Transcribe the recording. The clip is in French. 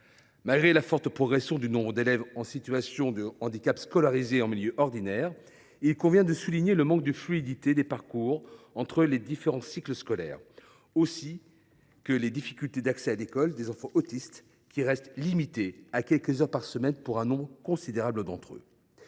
Malgré la forte progression du nombre d’élèves en situation de handicap scolarisés en milieu ordinaire, il convient de souligner le manque de fluidité des parcours entre les différents cycles scolaires, ainsi que les difficultés d’accès à l’école des enfants autistes : la scolarisation reste limitée à quelques heures par semaine pour un nombre considérable d’entre eux.